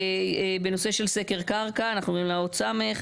בנושא של סקר קרקע, אנחנו עוברים לאות ס'.